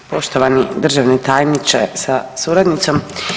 Poštovani državni tajniče sa suradnicom.